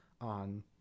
on